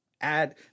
add